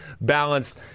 balance